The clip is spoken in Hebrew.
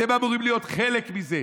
אתם אמורים להיות חלק מזה.